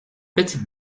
petite